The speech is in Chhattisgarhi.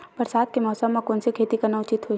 बरसात के मौसम म कोन से खेती करना उचित होही?